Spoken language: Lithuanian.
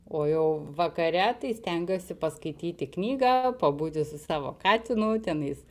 o jau vakare tai stengiuosi paskaityti knygą pabūti su savo katinu tenais